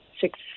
six